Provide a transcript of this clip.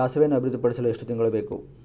ಸಾಸಿವೆಯನ್ನು ಅಭಿವೃದ್ಧಿಪಡಿಸಲು ಎಷ್ಟು ತಿಂಗಳು ಬೇಕು?